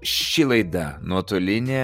ši laida nuotolinė